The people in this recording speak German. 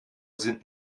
sind